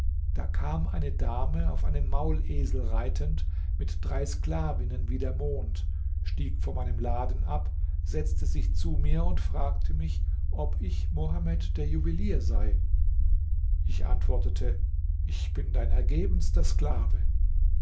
da kam eine dame auf einem maulesel reitend mit drei sklavinnen wie der mond stieg vor meinem laden ab setzte sich zu mir und fragte mich ob ich mohamed der juwelier sei ich antwortete ich bin dein ergebenster sklave